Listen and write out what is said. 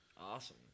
Awesome